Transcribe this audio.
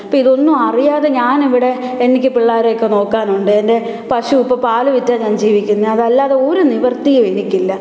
അപ്പം ഇതൊന്നും അറിയാതെ ഞാനിവിടെ എനിക്ക് പിള്ളാരേയൊക്കെ നോക്കാനുണ്ട് എന്റെ പശു ഇപ്പോൾ പാൽ വിറ്റാണ് ഞാൻ ജീവിക്കുന്നത് അതല്ലാതെ ഒരു നിവൃത്തിയും എനിക്കില്ല